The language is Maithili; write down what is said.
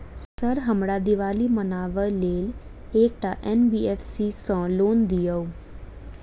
सर हमरा दिवाली मनावे लेल एकटा एन.बी.एफ.सी सऽ लोन दिअउ?